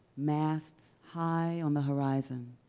masts high on the horizon,